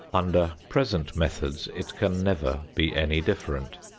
under present methods, it can never be any different.